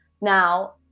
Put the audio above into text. Now